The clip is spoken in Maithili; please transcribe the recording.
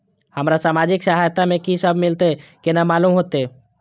हमरा सामाजिक सहायता में की सब मिलते केना मालूम होते?